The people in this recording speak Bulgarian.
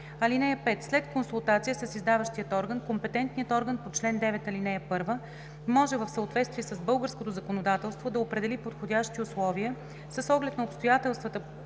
(5) След консултация с издаващия орган компетентният орган по чл. 9, ал. 1 може в съответствие с българското законодателство да определи подходящи условия с оглед на обстоятелствата